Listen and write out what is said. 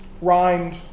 rhymed